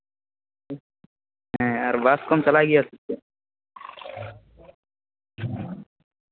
ᱦᱮᱸ ᱟᱨ ᱵᱟᱥ ᱠᱚᱢ ᱪᱟᱞᱟᱣ ᱜᱮᱭᱟ ᱥᱮᱪᱮᱜ